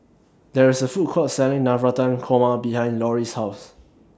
There IS A Food Court Selling Navratan Korma behind Lori's House